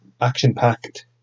action-packed